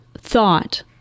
thought